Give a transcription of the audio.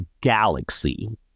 galaxy